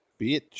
bitch